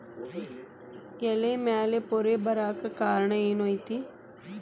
ಎಲೆ ಮ್ಯಾಲ್ ಪೊರೆ ಬರಾಕ್ ಕಾರಣ ಏನು ಐತಿ?